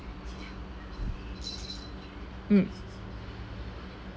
mm